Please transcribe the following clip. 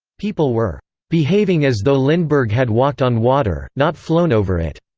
people were behaving as though lindbergh had walked on water, not flown over it.